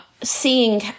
seeing